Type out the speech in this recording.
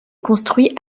construit